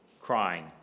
crying